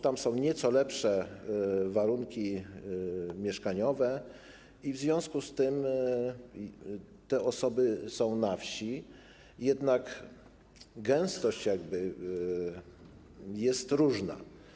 Tam są nieco lepsze warunki mieszkaniowe i w związku z tym te osoby są na wsi, jednak gęstość jest różna.